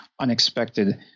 unexpected